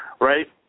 Right